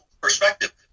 perspective